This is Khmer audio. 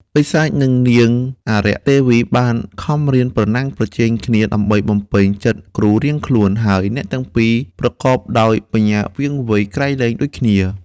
បិសាចនឹងនាងអារក្ខទេវីបានខំរៀនប្រណាំង ប្រជែងគ្នា ដើម្បីបំពេញចិត្តគ្រូរៀងខ្លួន ហើយអ្នកទាំងពីរប្រកបដោយបញ្ញាវៀងវៃក្រៃលែងដូចគ្នា ។